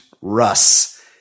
Russ